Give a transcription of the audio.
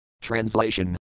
Translation